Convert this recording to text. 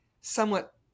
somewhat